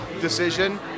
decision